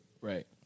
Right